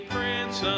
Prince